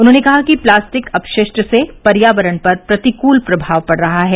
उन्होंने कहा कि प्लास्टिक अपशिष्ट से पर्यावरण पर प्रतिकूल प्रभाव पड़ रहा है